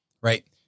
right